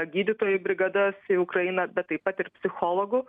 gydytojų brigadas į ukrainą bet taip pat ir psichologų